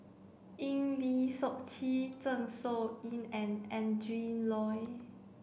Eng Lee Seok Chee Zeng Shouyin and Adrin Loi